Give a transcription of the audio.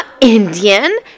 Indian